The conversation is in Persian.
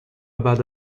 بعد